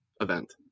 event